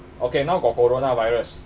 okay now got coronavirus